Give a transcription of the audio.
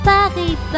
Paris